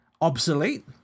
Obsolete